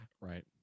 Right